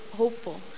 hopeful